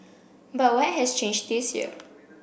but what has changed this year